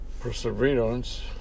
perseverance